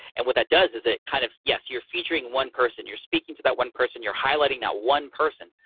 and what that does is it, kind of yes, you're featuring one person. you're speaking to that one person, you're highlighting that one person,